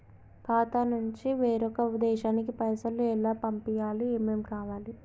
ఖాతా నుంచి వేరొక దేశానికి పైసలు ఎలా పంపియ్యాలి? ఏమేం కావాలి?